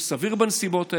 הוא סביר בנסיבות האלה,